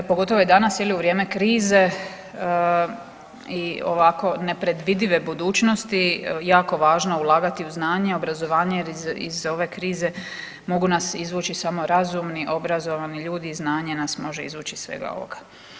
Pogotovo i danas je li u vrijeme krize i ovako nepredvidive budućnosti jako važno ulagati u znanje, obrazovanje jer iz ove krize mogu nas izvući samo razumni, obrazovani ljudi i znanje nas može izvući iz svega ovoga.